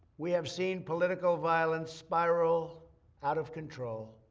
we have seen political violence spiral out of control.